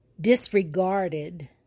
disregarded